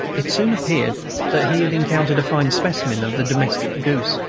it soon appeared that he had encountered a fine specimen of the domestic goose,